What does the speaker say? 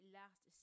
last